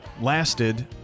lasted